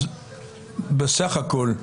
אז בסך הכל,